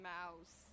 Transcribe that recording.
Mouse